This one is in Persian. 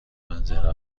منظره